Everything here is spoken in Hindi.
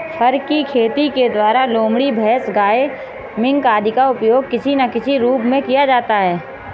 फर की खेती के द्वारा लोमड़ी, भैंस, गाय, मिंक आदि का उपयोग किसी ना किसी रूप में किया जाता है